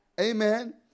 Amen